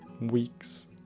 weeks